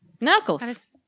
Knuckles